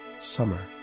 Summer